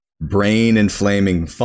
brain-inflaming